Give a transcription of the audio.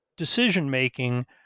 decision-making